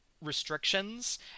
restrictions